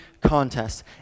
contest